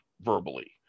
verbally